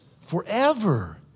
forever